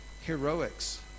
heroics